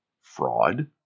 fraud